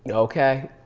and okay.